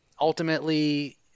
ultimately